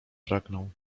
pragnął